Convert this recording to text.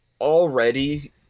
Already